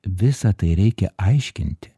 visa tai reikia aiškinti